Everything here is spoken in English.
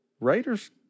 Raiders